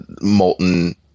molten